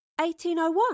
1801